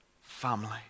family